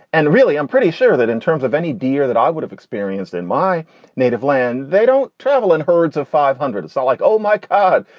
and really, i'm pretty sure that in terms of any deer that i would have experienced in my native land, they don't travel in herds of five hundred. all ah like, oh my god,